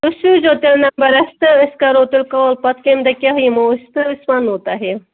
تُہۍ سوٗزیو تیٚلہِ نمبر اَسہِ تہٕ أسۍ کَرو تیٚلہِ کال پَتہٕ کَمہِ دۄہ کیٛاہ یِمو أسۍ تہٕ أسۍ وَنو تۄہہِ